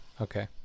okay